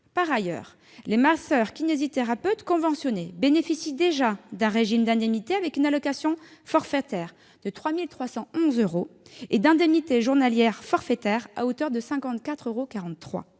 Par ailleurs, les masseurs-kinésithérapeutes conventionnés bénéficient déjà d'un régime d'indemnités comprenant une allocation forfaitaire de 3 311 euros et d'indemnités journalières forfaitaires à hauteur de 54,43 euros.